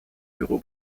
büro